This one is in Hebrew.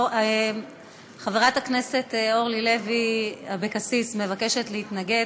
חברת הכנסת אורלי לוי אבקסיס מבקשת להתנגד.